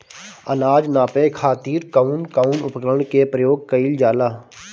अनाज नापे खातीर कउन कउन उपकरण के प्रयोग कइल जाला?